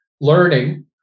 learning